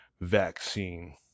vaccine